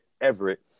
Everett